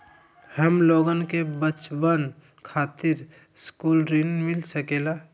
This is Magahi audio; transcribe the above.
हमलोगन के बचवन खातीर सकलू ऋण मिल सकेला?